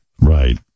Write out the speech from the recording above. Right